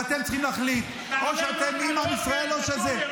ואתם צריכים להחליט: או שאתם עם עם ישראל או שזה.